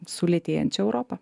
su lėtėjančia europa